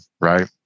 right